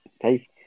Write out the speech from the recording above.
hey